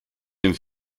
den